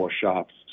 shops